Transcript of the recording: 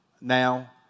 Now